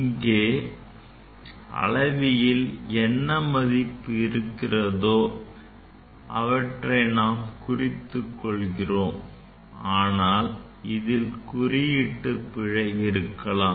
இங்கே அளவியில் என்ன மதிப்பு இருக்கிறதோ அவற்றை நாம் குறித்துக் கொள்கிறோம் ஆனால் இதில் குறியீட்டு பிழை இருக்கலாம்